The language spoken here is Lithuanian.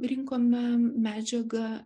rinkome medžiagą